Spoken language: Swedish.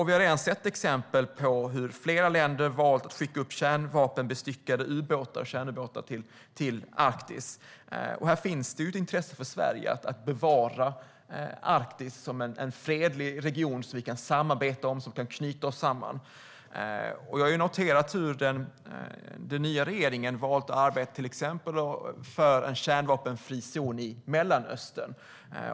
Vi har redan sett exempel på hur flera länder har valt att skicka upp kärnubåtar till Arktis. Här finns det ett intresse för Sverige att bevara Arktis som en fredlig region som vi kan samarbeta om, som kan knyta oss samman. Jag har noterat hur den nya regeringen har valt att arbeta för till exempel en kärnvapenfri zon i Mellanöstern.